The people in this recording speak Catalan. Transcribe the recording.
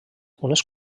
unes